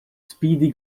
speedy